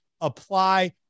apply